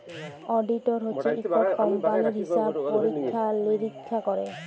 auditor হছে ইকট কম্পালির হিসাব পরিখ্খা লিরিখ্খা ক্যরে